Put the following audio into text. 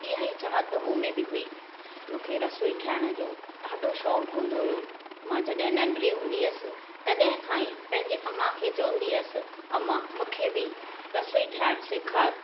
इहेई चाहत मूं में बि हुई मूंखे रसोई ठाहिणु जो डा॒ढो शौंक़ु हूंदो हुयो मां जॾहिं नंढड़ी हूंदी हुअसि तॾहिं खां ई पंहिंजे अमा खे चवंदी हुअसि अमा मूंखे बि रसोई ठाहिणु सेखारु